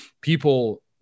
People